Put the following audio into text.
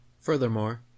Furthermore